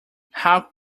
how